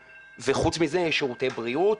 וחוץ מזה יש שירותי בריאות